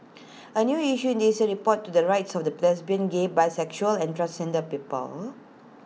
A new issue in this year's report to the rights of the lesbian gay bisexual and transgender people